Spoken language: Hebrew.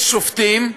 יש שופטים,